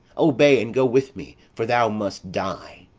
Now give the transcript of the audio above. obey, and go with me for thou must die.